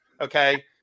okay